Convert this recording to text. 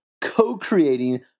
co-creating